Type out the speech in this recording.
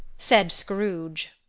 said scrooge.